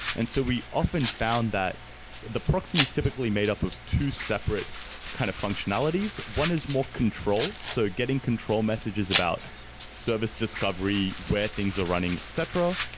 and so we often found that the proxies typically made up of two separate kind of functionalities. one is more control. so getting control messages about service discovery, where things are running, etc.